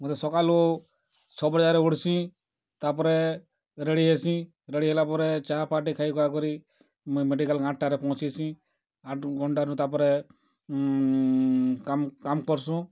ମୋତେ ସକାଲୁ ସବୁ ବେଲେ ଉଠ୍ସିଁ ତାପରେ ରେଡ୍ଡୀ ହେସଁ ରେଡ୍ଡୀ ହେଲା ପରେ ଚା ଫା ଟିକେ ଖାଇ ଖୁଆ କରି ମେଡ଼ିକାଲ୍ରେ ଆଠଟାରେ ପହଞ୍ଚିସି ଆଠ୍ ଘଣ୍ଟାରୁ ତାପରେ କାମ୍ କାମ୍ କର୍ସୁଁ